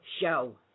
show